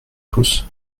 tous